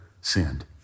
sinned